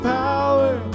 power